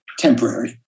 Temporary